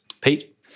Pete